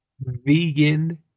vegan